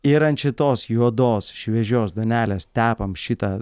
ir ant šitos juodos šviežios duonelės tepam šitą